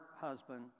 husband